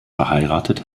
verheiratet